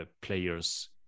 players